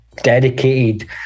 dedicated